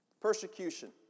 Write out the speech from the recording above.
persecution